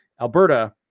Alberta